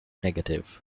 negative